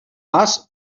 pas